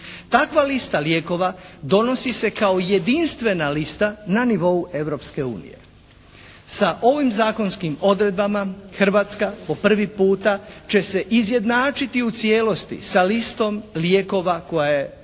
Takva lista lijekova donosi se kao jedinstvena lista na nivou Europske unije. Sa ovim zakonskim odredbama Hrvatska po prvi puta će se izjednačiti u cijelosti sa listom lijekova koja je nazočna